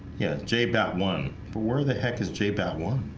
yeah j bought one, but where the heck is j bad one